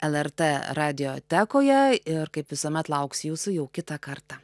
el er t radijotekoje ir kaip visuomet lauksiu jūsų jau kitą kartą